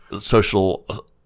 Social